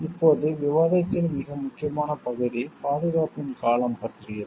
இப்போது விவாதத்தின் மிக முக்கியமான பகுதி பாதுகாப்பின் காலம் பற்றியது